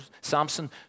Samson